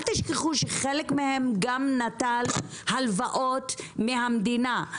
אל תשכחו שחלק מהם גם נטל הלוואות מהמדינה,